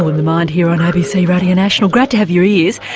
the mind, here on abc radio national, great to have your ears.